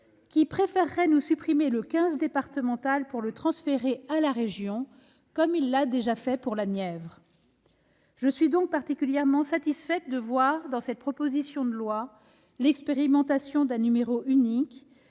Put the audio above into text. préférerait supprimer le 15 départemental pour le transférer à la région, comme elle l'a déjà fait pour la Nièvre. Je suis donc particulièrement satisfaite de voir dans cette proposition de loi l'expérimentation d'un numéro unique